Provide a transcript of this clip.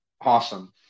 Awesome